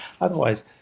otherwise